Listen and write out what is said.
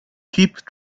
keep